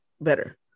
better